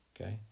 Okay